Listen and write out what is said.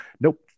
nope